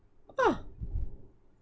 !wah!